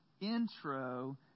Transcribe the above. intro